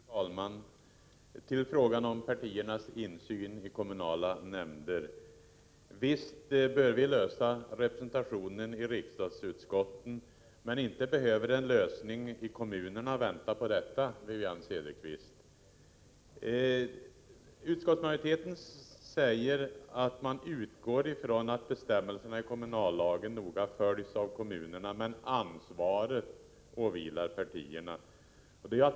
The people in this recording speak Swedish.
Fru talman! Det gäller frågan om partiernas insyn i kommunala nämnder. Vi bör naturligtvis lösa problemen med representationen i riksdagsutskotten, men inte behöver en lösning i kommunerna vänta på detta, Wivi-Anne Cederqvist. Utskottsmajoriteten säger att man utgår från att bestämmelserna i kommunallagen noga följs av kommunerna, men ansvaret åvilar partierna.